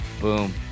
Boom